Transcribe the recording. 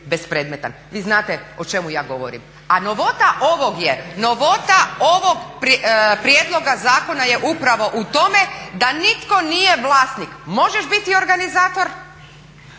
Vi znate o čemu ja govorim. A novota ovog prijedloga zakona je upravo u tome da nitko nije vlasnik. Možeš biti organizator,